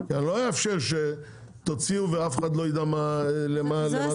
לא אאפשר שתוציאו ואף אחד לא ידע למה זה מתייחס.